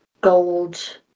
gold